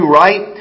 right